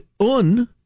Un